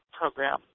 program